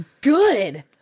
Good